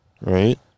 right